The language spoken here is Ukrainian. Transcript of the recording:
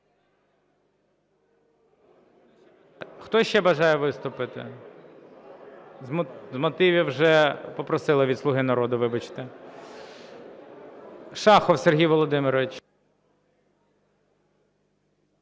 Хто ще бажає виступити? З мотивів вже попросили від "Слуги народу", вибачте. Шахов Сергій Володимирович.